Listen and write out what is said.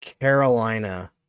carolina